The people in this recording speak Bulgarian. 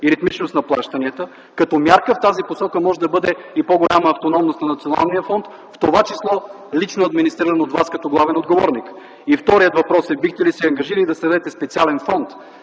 и ритмичност на плащанията, като мярка в тази посока може да бъде и по-голяма автономност на националния фонд, в това число лично администриран от Вас като главен отговорник? И вторият въпрос е: бихте ли се ангажирали да създадете специален фонд